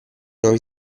nuovi